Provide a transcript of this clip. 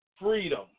Freedom